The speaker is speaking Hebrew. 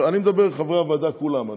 ואני מדבר על חברי הוועדה כולם,